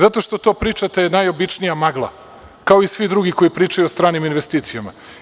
Zato što to pričate je najobičnija magla, kao i svi drugi koji pričaju o stranim investicijama.